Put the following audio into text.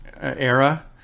era